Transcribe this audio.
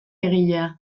egilea